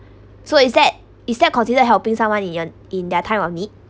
so is that is that considered helping someone in ye~ in their time of need